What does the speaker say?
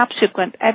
subsequent